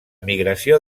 migració